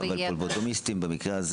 פבלוטומיסטים במקרה הזה